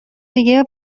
دیگه